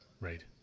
right